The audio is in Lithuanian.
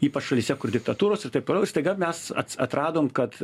ypač šalyse kur diktatūros ir taip toliau ir staiga mes ats atradom kad